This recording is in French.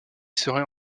serait